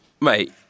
Mate